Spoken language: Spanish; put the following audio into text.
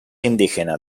indígena